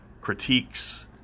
critiques